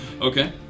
Okay